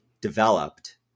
developed